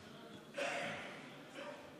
נתקבלה.